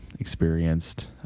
experienced